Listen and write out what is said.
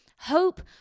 hope